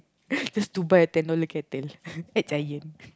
just to buy a ten dollars kettle at Giant